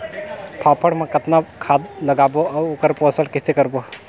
फाफण मा कतना खाद लगाबो अउ ओकर पोषण कइसे करबो?